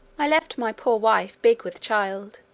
i left my poor wife big with child,